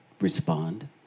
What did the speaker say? respond